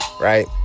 Right